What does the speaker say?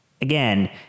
again